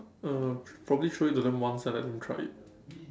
uh probably show it to them once and let them try it